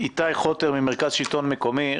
איתי חוטר ממרכז השלטון המקומי.